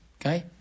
Okay